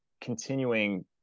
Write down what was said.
continuing